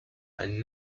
and